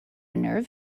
nerve